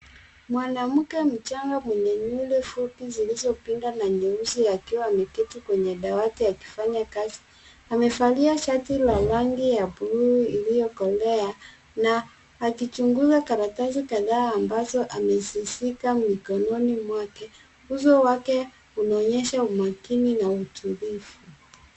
Mwanamke mchanga mwenye nywele fupi zilizopinda na nyeusi akiwa ameketi kwenye dawati akifanya kazi. Amevalia shati la rangi ya buluu iliyokolea na akichunguza karatasi kadhaa ambazo amezishika mikononi mwake. Uso wake unaonyesha umakini na utulivu.